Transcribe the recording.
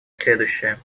следующее